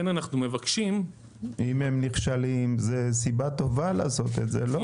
אם הם נכשלים זו סיבה טובה לעשות את זה לא?